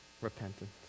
repentance